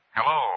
Hello